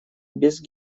без